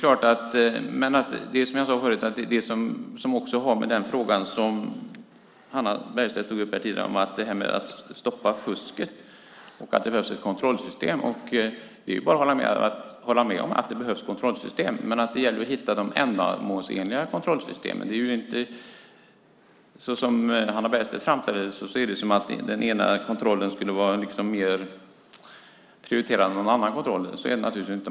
Hannah Bergstedt tog tidigare upp frågan om att stoppa fusket och att det behövs ett kontrollsystem. Det är bara att hålla med om att det behövs kontrollsystem, men det gäller att hitta de ändamålsenliga kontrollsystemen. Hannah Bergstedt framställer det som att den ena kontrollen skulle vara mer prioriterad än någon annan kontroll. Så är det naturligtvis inte.